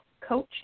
Coach